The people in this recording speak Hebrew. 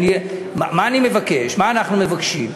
הרי מה אני מבקש, מה אנחנו מבקשים?